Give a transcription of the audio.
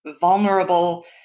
vulnerable